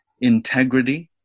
integrity